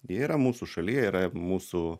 jie yra mūsų šalyje yra mūsų